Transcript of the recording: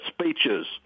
speeches